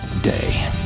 day